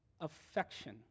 affection